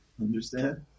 Understand